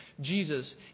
Jesus